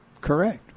correct